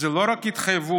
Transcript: זה לא רק התחייבות